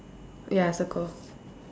ya circle